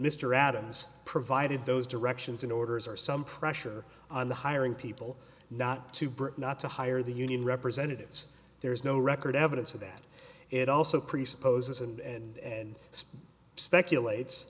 mr adams provided those directions and orders or some pressure on the hiring people not to britain not to hire the union representatives there is no record evidence of that it also presupposes and speculates